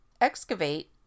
excavate